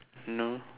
no